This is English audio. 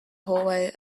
hallway